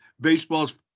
baseballs